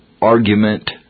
argument